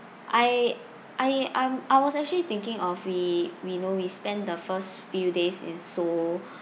I I I'm I was actually thinking of we we know we spend the first few days in seoul